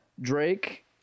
Drake